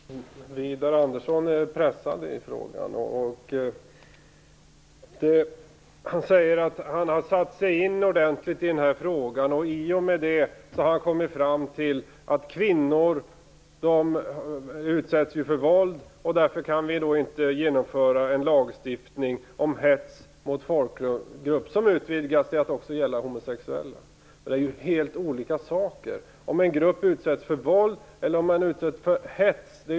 Herr talman! Widar Andersson är pressad i frågan. Han säger att han har satt sig in ordentligt i frågan. I och med det har han kommit fram till att kvinnor utsätts för våld och att vi därför inte kan genomföra en lagstiftning om hets mot folkgrupp som utvidgas till att också gälla homosexuella. Det är ju helt olika saker, om en grupp utsätts för våld eller utsätts för hets.